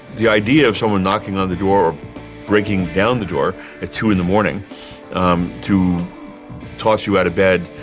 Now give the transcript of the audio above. the idea of someone knocking on the door or breaking down the door at two zero in the morning to toss you out of bed,